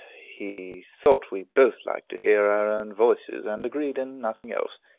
he thought we both liked to hear our own voices, and agreed in nothing else.